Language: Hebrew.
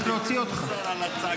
חבר הכנסת